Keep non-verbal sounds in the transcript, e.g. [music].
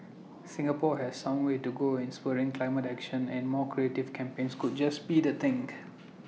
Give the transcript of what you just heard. Singapore has some way to go in spurring climate action and more creative campaigns could just be the think [noise]